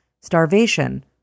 starvation